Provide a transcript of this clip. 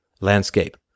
landscape